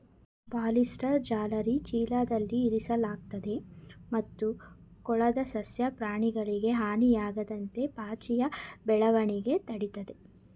ಬಾರ್ಲಿಸ್ಟ್ರಾನ ಜಾಲರಿ ಚೀಲದಲ್ಲಿ ಇರಿಸಲಾಗ್ತದೆ ಮತ್ತು ಕೊಳದ ಸಸ್ಯ ಪ್ರಾಣಿಗಳಿಗೆ ಹಾನಿಯಾಗದಂತೆ ಪಾಚಿಯ ಬೆಳವಣಿಗೆ ತಡಿತದೆ